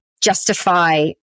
justify